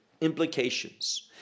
implications